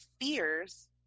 fears